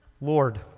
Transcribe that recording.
Lord